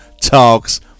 Talks